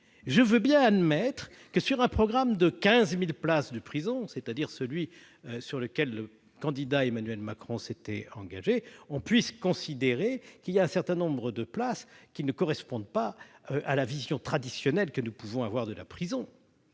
Je veux bien admettre que, sur un programme de 15 000 places de prison, c'est-à-dire celui sur lequel le candidat Emmanuel Macron s'était engagé, un certain nombre de places ne correspondent pas à la vision traditionnelle que chacun se forge de la prison.